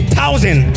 thousand